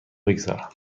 بگذارم